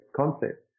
concept